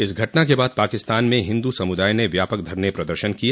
इस घटना के बाद पाकिस्तान में हिन्दू समुदाय ने व्यापक धरने प्रदर्शन किए